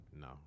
No